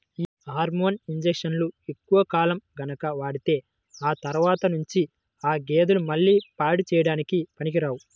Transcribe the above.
యీ హార్మోన్ ఇంజక్షన్లు ఎక్కువ కాలం గనక వాడితే ఆ తర్వాత నుంచి ఆ గేదెలు మళ్ళీ పాడి చేయడానికి పనికిరావు